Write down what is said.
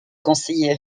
conseiller